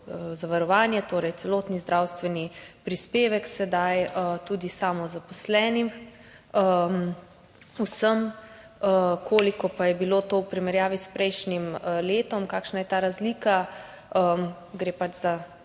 zavarovanje, torej celotni zdravstveni prispevek, sedaj tudi samozaposlenim, vsem. Koliko pa je bilo to v primerjavi s prejšnjim letom, kakšna je ta razlika? Gre za